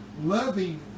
loving